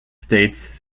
states